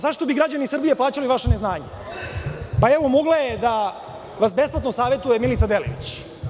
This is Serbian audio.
Zašto bi građani Srbije plaćali vaša neznanja, mogla je da vas besplatno savetuje Milica Delević.